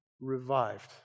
revived